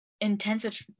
intensive